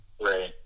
right